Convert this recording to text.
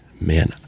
man